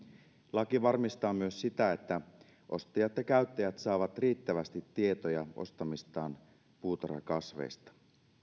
laki varmistaa myös sitä että ostajat ja käyttäjät saavat riittävästi tietoja ostamistaan puutarhakasveista